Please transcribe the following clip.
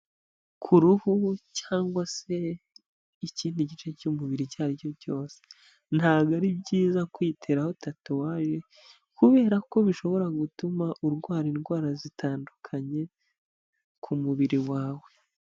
Ku ruhu cyangwa se ikindi gice cy'umubiri icyo ari cyo cyose, ntabwo ari byiza kwiteraho tatuwaje kubera ko bishobora gutuma urwara indwara zitandukanye ku mubiri wawe.